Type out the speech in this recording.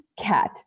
cat